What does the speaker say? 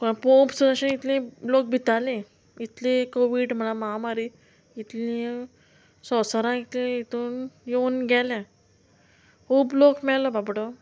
पळोवप सुद्दां अशें इतले लोक भिताले इतली कोवीड म्हळ्यार महामारी इतली संवसारांक इतले हितून येवन गेले खूब लोक मेलो बाबडो